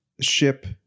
ship